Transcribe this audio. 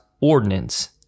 ordinance